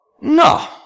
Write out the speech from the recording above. No